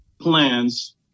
plans